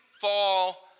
fall